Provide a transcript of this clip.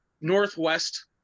Northwest